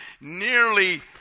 nearly